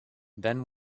then